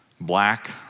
Black